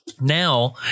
Now